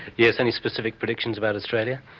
yes, any specific predictions about australia?